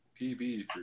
pb